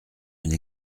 une